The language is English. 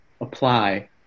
apply